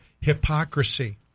Hypocrisy